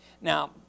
Now